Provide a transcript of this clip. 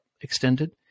extended